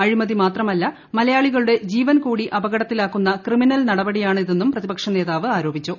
അഴിമതി മാത്രമല്ല മലയാളികളുടെ ജീവൻ കൂടി അപകടത്തിലാക്കുന്ന ക്രിമിനൽ നടപടിയാണ് ഇതെന്നും പ്രതിപക്ഷ നേതാവ് ആരോപിച്ചു